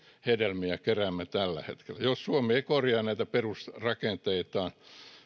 hedelmiä keräämme tällä hetkellä jos suomi ei korjaa näitä perusrakenteitaan